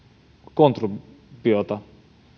kontribuutiota